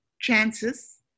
chances